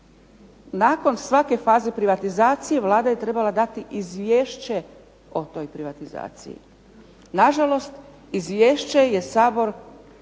nakon svake privatizacije Vlada je trebala dati izvješće o toj privatizaciji. Nažalost, izvješće je Sabor